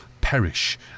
Perish